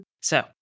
So-